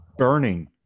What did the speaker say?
burning